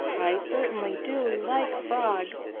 i certainly do like frogs.